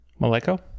Maleco